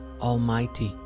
almighty